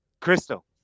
Crystal